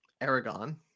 aragon